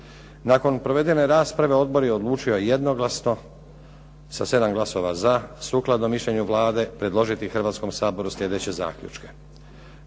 Nakon provedene rasprave odbor je odlučio jednoglasno, sa 7 glasova za, sukladno mišljenju Vlade predložiti Hrvatskom saboru sljedeće zaključke: